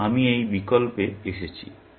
তাই আমি এই বিকল্পে এসেছি